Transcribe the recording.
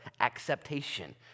acceptation